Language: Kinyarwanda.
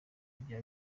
ibya